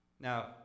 Now